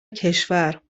کشور